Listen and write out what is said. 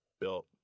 built